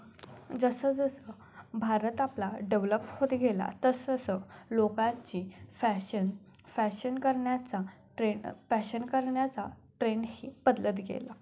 जसंजसं भारत आपला डेव्हलप होत गेला तसंतसं लोकांची फॅशन फॅशन करण्याचा ट्रेंड फॅशन करण्याचा ट्रेंडही बदलत गेला